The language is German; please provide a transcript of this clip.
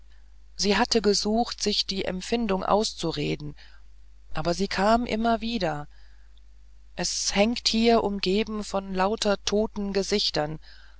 sie hatte gesucht sich die empfindung auszureden aber sie kam immer wieder es hängt hier umgeben von lauter toten gesichtern